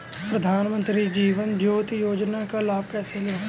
प्रधानमंत्री जीवन ज्योति योजना का लाभ कैसे लें?